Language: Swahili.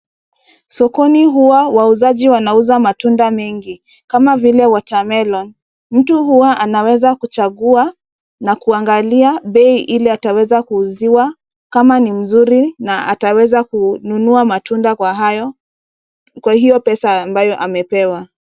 Sokoni huwa wauzaji wanauza matunda mengi kama vile watermellon . Mtu huwa anaweza kuchagua na kuangalia bei ile ataweza kuuziwa kama ni mzuri na ataweza kununua matunda kwa hiyo pesa ambayo amepewa.